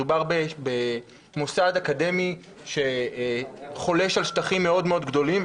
מדובר במוסד אקדמי שחולש על שטחים מאוד מאוד גדולים,